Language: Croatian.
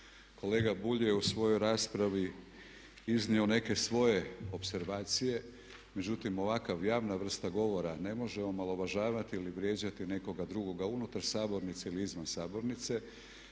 Kolega Bulj je u svojoj raspravi iznio neke svoje opservacije, međutim ovakva javna vrsta govora ne može omalovažavati ili vrijeđati nekoga drugoga unutar sabornice ili izvan sabornice.